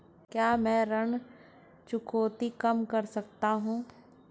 क्या मैं ऋण चुकौती कम कर सकता हूँ?